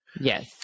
Yes